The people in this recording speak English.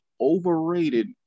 overrated